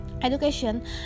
Education